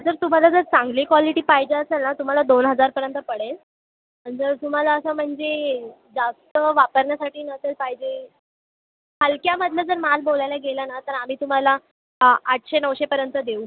जर तुम्हाला जर चांगली कॉलिटी पाहिजे असेल ना तुम्हाला दोन हजारपर्यंत पडेल आणि जर तुम्हाला असं म्हणजे जास्त वापरण्यासाठी नसेल पाहिजे हलक्यामधून जर माल बोलायला गेला ना तर आम्ही तुम्हाला आ आठशे नऊशेपर्यंत देऊ